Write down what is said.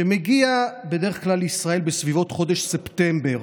שמגיעים בדרך כלל לישראל בסביבות חודש ספטמבר.